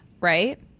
right